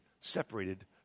separated